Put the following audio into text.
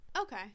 Okay